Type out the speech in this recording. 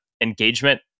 engagement